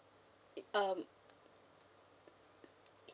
i~ um